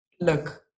look